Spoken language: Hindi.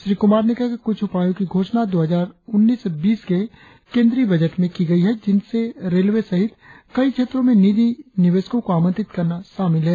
श्री कुमार ने कहा कि कुछ उपायों की घोषणा दो हजार उन्नीस बीस के केंद्रीय बजट में की गई है जिनमें रेलवे सहित कई क्षेत्रों में निजी निवेशकों को आमंत्रित करना शामिल हैं